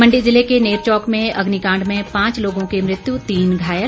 मंडी ज़िले के नैरचौक में अग्निकांड में पांच लोगों की मृत्यु तीन घायल